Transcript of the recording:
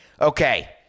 Okay